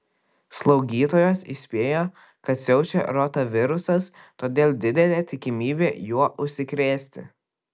slaugytojos įspėjo kad siaučia rotavirusas todėl didelė tikimybė juo užsikrėsti